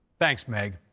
thanks, meg.